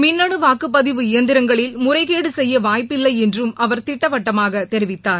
மின்னு வாக்குப்பதிவு இயந்திரங்களில் முறைகேடு செய்ய வாய்ப்பில்லை எ்னறும் அவர் திட்டவட்டமாக தெரிவித்தர்